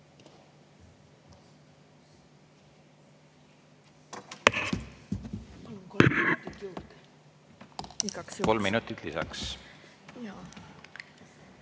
Kolm minutit lisaks.